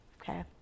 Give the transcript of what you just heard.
okay